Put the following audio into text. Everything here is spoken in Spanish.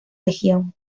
legión